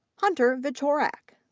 hunter wieczorek,